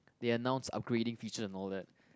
they announce upgrading features and all that